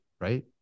right